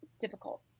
difficult